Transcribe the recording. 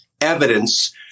evidence